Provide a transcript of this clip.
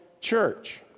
church